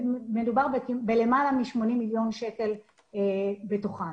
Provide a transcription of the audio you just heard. מדובר בלמעלה מ-80 מיליון שקלים בתוכם.